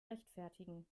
rechtfertigen